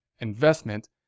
investment